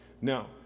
Now